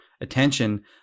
attention